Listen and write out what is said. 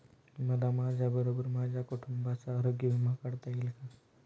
मला माझ्याबरोबर माझ्या कुटुंबाचा आरोग्य विमा काढता येईल का?